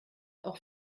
auch